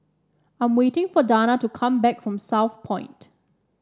I'm waiting for Danna to come back from Southpoint